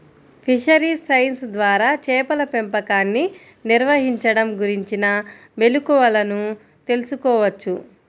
fisheries science ద్వారా చేపల పెంపకాన్ని నిర్వహించడం గురించిన మెళుకువలను తెల్సుకోవచ్చు